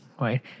right